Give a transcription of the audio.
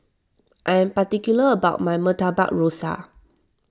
I am particular about my Murtabak Rusa